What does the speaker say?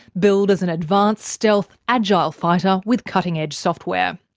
billed as an advanced stealth, agile fighter with cutting-edge software.